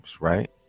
right